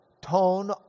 tone